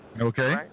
Okay